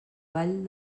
vall